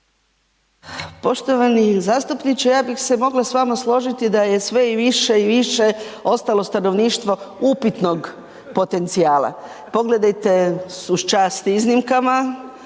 Poštovani zastupniče ja bih se mogla s vama složiti da je sve i više i više ostalo stanovništvo upitnog potencijala, pogledajte uz čast iznimkama